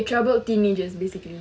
okay troubled teenagers basically